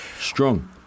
Strong